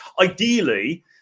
ideally